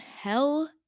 hell